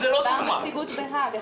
הנציגות בהאג,